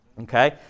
Okay